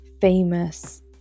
famous